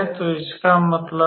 तो इसका मतलब है